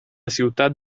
ciutat